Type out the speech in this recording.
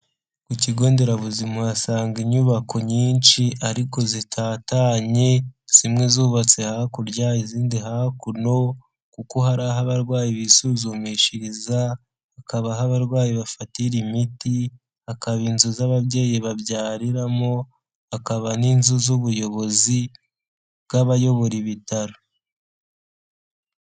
Ku kigonderabuzima uhasanga inyubako nyinshi ariko zitatanye zimwe zubatse hakurya izindi hakuno kuko hari abarwayi bisuzumishiriza, haka aho abarwayi bafatira imiti, hakaba inzu z'ababyeyi babyariramo, hakaba n'inzu z'ubuyobozi bw'abayobora ibitaro.